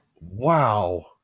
Wow